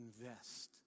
invest